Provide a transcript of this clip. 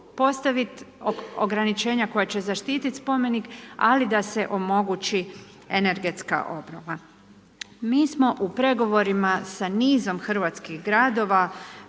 postaviti ograničenja koja će zaštiti spomenik ali da se omogući energetska obnova. Mi smo u pregovorima sa nizom hrvatskih gradova